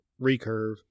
recurve